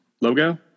logo